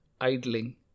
idling